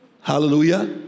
Hallelujah